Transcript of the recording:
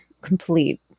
complete